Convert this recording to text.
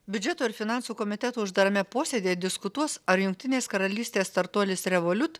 biudžeto ir finansų komiteto uždarame posėdyje diskutuos ar jungtinės karalystės startuolis revoliut